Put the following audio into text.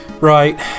Right